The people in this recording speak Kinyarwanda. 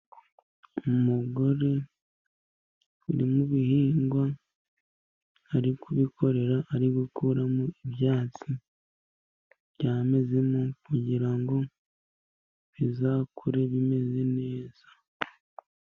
Umugore uri mu bihingwa ari kubikorera, ari gukuramo ibyatsi byamezemo kugira ngo bizakure bimeze neza.